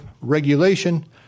regulation